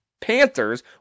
Panthers